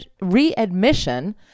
readmission